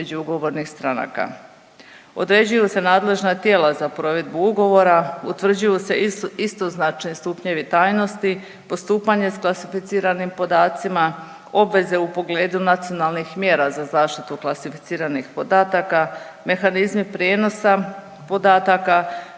između ugovornih stranaka, određuju se nadležna tijela za provedbu ugovora, utvrđuju se istoznačni stupnjevi tajnosti, postupanje s klasificiranim podacima, obveze u pogledu nacionalnih mjera za zaštitu klasificiranih podataka, mehanizmi prijenosa podataka,